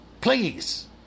please